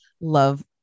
love